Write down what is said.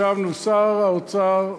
ישבנו שר האוצר,